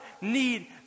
need